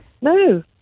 No